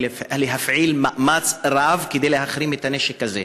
ולהפעיל מאמץ רב כדי להחרים את הנשק הזה,